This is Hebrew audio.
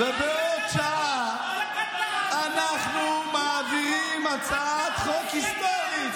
ובעוד שעה אנחנו מעבירים הצעת חוק היסטורית.